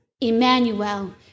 Emmanuel